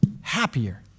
happier